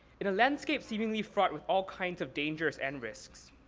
in a landscape seemingly fraught with all kinds of dangers and risks,